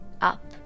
up